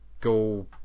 go